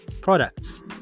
products